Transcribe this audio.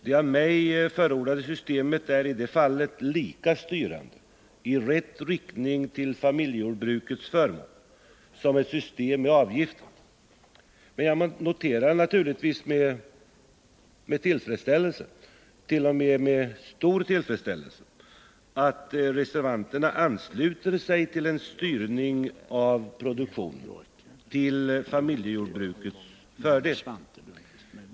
Det av mig förordade systemet är i det fallet lika styrande i rätt riktning till familjejordbrukets förmån som ett system med avgifter, men jag noterar naturligtvis med tillfredsställelse — t.o.m. med stor tillfredsställelse — att reservanterna ansluter sig till en styrning av produktionen till familjejordbrukens fördel.